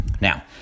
Now